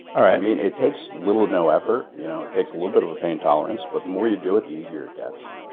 i mean, it takes little to no effort. you know it takes a little bit of a pain tolerance, but the more you do it the easier it gets.